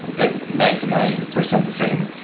like ninety nine percent the same.